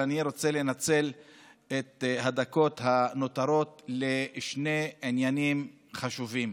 אני רוצה לנצל את הדקות הנותרות לשני עניינים חשובים,